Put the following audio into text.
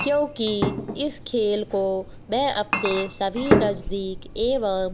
क्योंकि इस खेल को मैं अपने सभी नज़दीक एवं